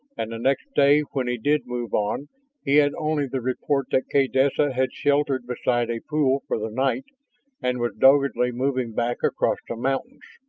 and the next day when he did move on he had only the report that kaydessa had sheltered beside a pool for the night and was doggedly moving back across the mountains.